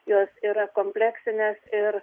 jos yra kompleksinės ir